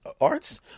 arts